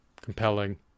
compelling